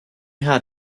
had